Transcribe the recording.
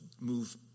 move